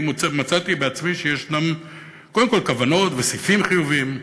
אני מצאתי בעצמי שיש קודם כול כוונות וסעיפים חיוביים,